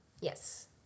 Yes